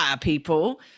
people